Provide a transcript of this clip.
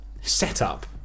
setup